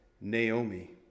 Naomi